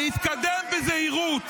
להתקדם בזהירות.